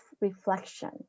reflection